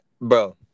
Bro